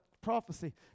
prophecy